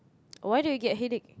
why do you get headache